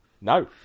no